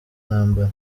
ntambara